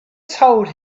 told